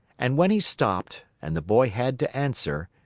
and when he stopped, and the boy had to answer,